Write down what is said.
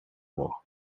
war